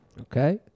Okay